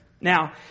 Now